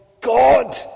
God